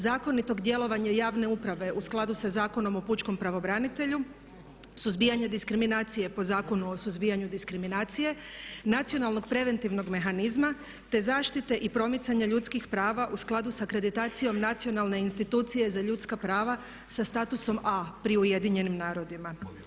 Zakonitog djelovanja javne uprave u skladu sa Zakonom o pučkom pravobranitelju, suzbijanje diskriminacije po Zakonu o suzbijanju diskriminacije, nacionalnog preventivnog mehanizma te zaštite i promicanja ljudskih prava u skladu sa akreditacijom Nacionalne institucije za ljudska prava sa statusom A pri Ujedinjenim narodima.